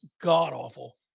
god-awful